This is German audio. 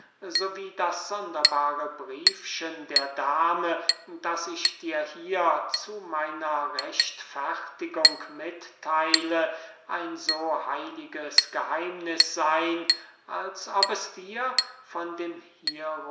wie das sonderbare briefchen der dame das ich dir hier zu meiner rechtfertigung mittheile ein so heiliges geheimniß seyn als ob es dir von dem